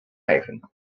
haven